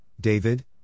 David